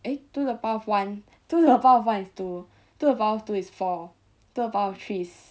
eh two to the power of one two to the power of one is two two to the power of two is four two to the power of three is